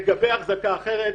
לגבי אחזקה אחרת: